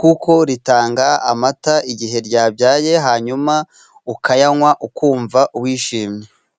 kuko ritanga amata, igihe ryabyaye. hanyuma ukayanywa ukumva wishimye.